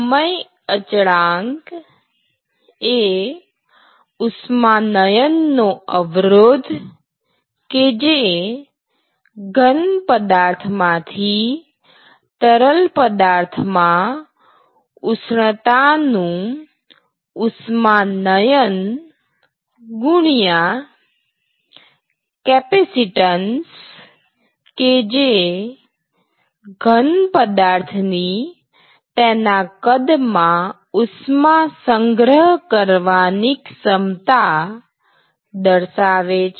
સમય અચળાંક એ ઉષ્માનયનનો અવરોધ કે જે ઘન પદાર્થ માંથી તરલ પદાર્થ માં ઉષ્ણતા નું ઉષ્માનયન ગુણ્યા કેપેસિટન્સ કે જે ઘન પદાર્થની તેના કદ માં ઉષ્મા સંગ્રહ કરવાની ક્ષમતા દર્શાવે છે